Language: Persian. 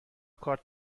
کارت